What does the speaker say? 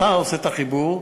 אתה עושה את החיבור.